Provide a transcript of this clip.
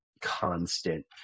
constant